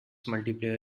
multiplayer